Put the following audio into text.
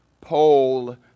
poll